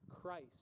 Christ